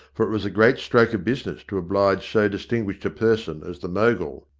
for it was a great stroke of business to oblige so distinguished a person as the mogul.